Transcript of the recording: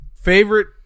Favorite